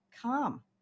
calm